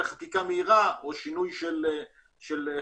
בחקיקה מהירה או שינוי של חקיקה.